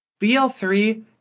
BL3